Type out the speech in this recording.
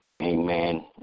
Amen